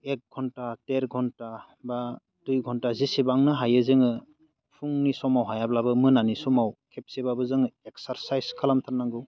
एक घन्टा देर घन्टा बा दुइ घन्टा जेसेबांनो हायो जोङो फुंनि समाव हायाब्लाबो मोनानि समाव खेबसेबाबो जोङो एकसारसाइज खालामथारनांगौ